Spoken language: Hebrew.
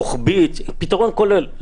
רוחבית, פתרון כולל.